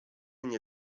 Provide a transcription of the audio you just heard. nie